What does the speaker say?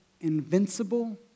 invincible